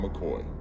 McCoy